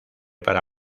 para